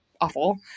awful